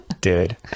dude